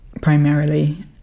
primarily